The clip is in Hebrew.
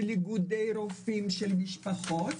של איגודי רופאים ושל משפחות,